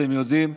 אתם יודעים,